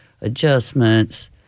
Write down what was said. adjustments